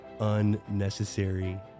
Unnecessary